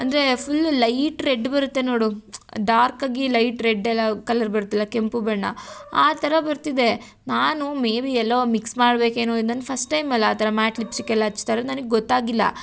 ಅಂದ್ರೆ full light red ಬರುತ್ತೆ ನೋಡು ಡಾರ್ಕಾಗಿ ಲೈಟ್ ರೆಡ್ಡೆಲ್ಲ ಕಲ್ಲರ್ ಬರತ್ತಲ್ಲ ಕೆಂಪು ಬಣ್ಣ ಆ ಥರ ಬರ್ತಿದೆ ನಾನು ಮೇ ಬಿ ಎಲ್ಲೋ ಮಿಕ್ಸ್ ಮಾಡ್ಬೇಕೇನೋ ಇದು ನನ್ನ ಫಸ್ಟ್ ಟೈಮಲ್ಲಾ ಆ ಥರ ಮ್ಯಾಟ್ ಲಿಪ್ಸ್ಟಿಕ್ಕೆಲ್ಲ ಹಚ್ತಯಿರೋದ್ ನನಗೆ ಗೊತ್ತಾಗಿಲ್ಲ